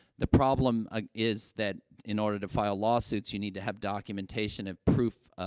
the problem ah is that in order to file lawsuits, you need to have documentation and proof, ah,